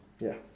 ya